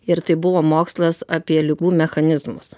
ir tai buvo mokslas apie ligų mechanizmus